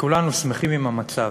וכולנו שמחים עם המצב.